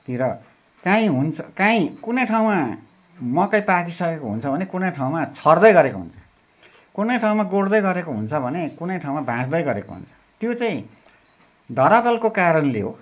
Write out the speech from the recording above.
तिर काहीँ हुन्छ काहीँ कुनै ठाउँमा मकै पाकिसकेको हुन्छ भने कुनै ठाउँमा छर्दै गरेको हुन्छ कुनै ठाउँमा गोड्दैगरेको हुन्छ भने कुनै ठाउँंमा भाँच्दैगरेको हुन्छ त्यो चाहिँ धरातलको कारणले हो